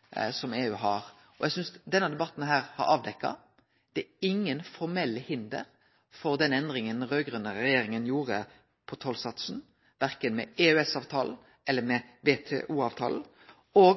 EU har. Eg synest denne debatten har avdekka at det er inga formelle hinder for den endringa den raud-grøne regjeringa gjorde på tollsatsen, verken med EØS-avtalen eller med WTO-avtalen.